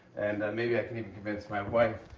and maybe i can even convince my wife,